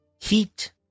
heat